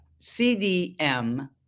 CDM